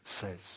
says